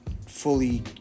fully